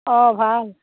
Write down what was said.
অ ভাল